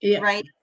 Right